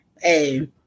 Hey